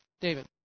David